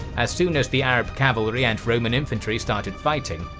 as soon as the arab cavalry and roman infantry started fighting,